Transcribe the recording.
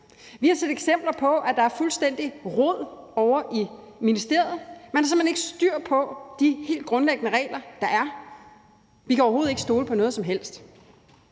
Vi har set eksempler på, at der er fuldstændig rod ovre i ministeriet. Man har simpelt hen ikke styr på de helt grundlæggende regler, der er. Vi kan overhovedet ikke stole på noget som helst.